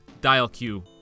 Dial-Q